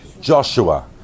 Joshua